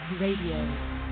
Radio